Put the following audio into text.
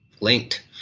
linked